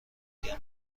اگر